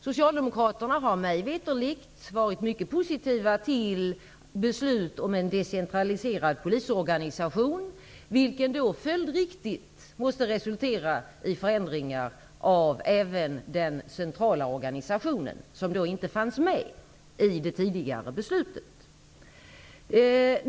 Socialdemokraterna har mig veterligt varit mycket positiva till beslut om en decentraliserad polisorganisation som följdriktigt måste resultera i förändringar även av den centrala organisationen, vilka inte fanns med i det tidigare beslutet.